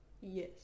Yes